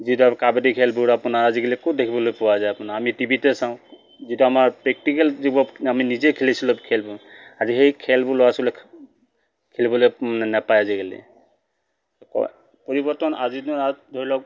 যি ধৰক কাবাডী খেলবোৰ আপোনাৰ আজিকালি ক'ত দেখিবলৈ পোৱা যায় আপোনাৰ আমি টি ভিতহে চাওঁ যিটো আমাৰ প্ৰেক্টিকেল যিবোৰ আমি নিজে খেলিছিলোঁ খেলবোৰ আজি সেই খেলবোৰ ল'ৰা ছোৱালীয়ে খেলিবলৈ নাপায় আজিকালি পৰিৱৰ্তন আজিৰ দিনৰ আৰু ধৰি লওক